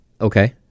okay